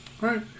Right